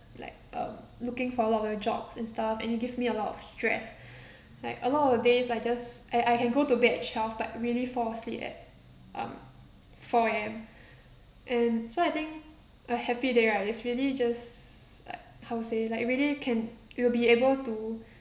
like um looking for a lot of the jobs and stuff and it give me a lot of stress like a lot of the days I just I I can go to bed at twelve but really fall asleep at um four A_M and so I think a happy day right is really just like how to say like it really can it will be able to